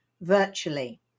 virtually